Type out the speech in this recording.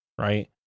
right